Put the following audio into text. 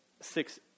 six